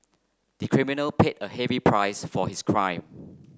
the criminal paid a heavy price for his crime